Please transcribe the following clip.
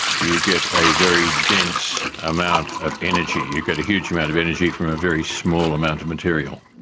you get a very dense amount of energy. you get a huge amount of energy from a very small amount of material.